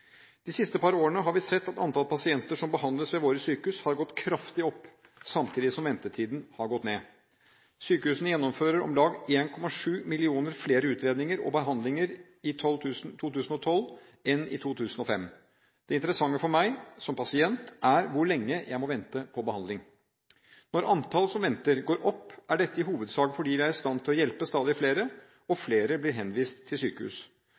De siste par årene har vi sett at antall pasienter som behandles ved våre sykehus, har gått kraftig opp, samtidig som ventetiden har gått ned. Sykehusene gjennomfører om lag 1,7 millioner flere utredninger og behandlinger i 2012 enn i 2005. Det interessante for meg, som pasient, er hvor lenge jeg må vente på behandling. Når antallet som venter på behandling går opp, er dette i hovedsak fordi vi er i stand til å hjelpe stadig flere, og flere blir henvist til sykehus.